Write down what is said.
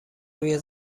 روی